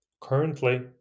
Currently